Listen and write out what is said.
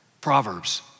Proverbs